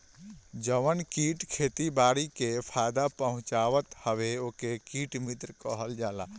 जवन कीट खेती बारी के फायदा पहुँचावत हवे ओके कीट मित्र कहल जाला